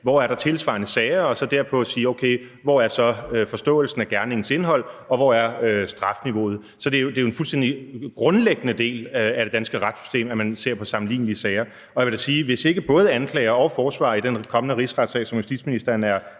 hvor der er tilsvarende sager, og så derpå sige: Okay, hvor er så forståelsen af gerningens indhold, og hvor er strafniveauet? Så det er jo en fuldstændig grundlæggende del af det danske retssystem, at man ser på sammenlignelige sager. Og jeg vil da sige, at hvis ikke både anklager og forsvarer i den kommende rigsretssag, som justitsministeren er